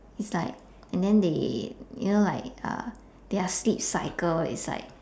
it's like and then they you know like uh their sleep cycle is like